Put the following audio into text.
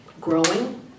growing